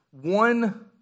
one